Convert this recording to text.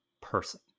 person